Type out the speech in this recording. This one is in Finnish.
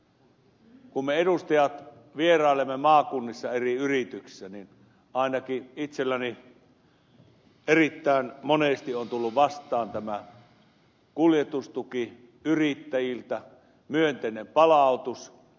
kun me edustajat vierailemme maakunnissa eri yrityksissä niin ainakin itselläni erittäin monesti on tullut vastaan tämä kuljetustuki yrittäjiltä myönteinen palautus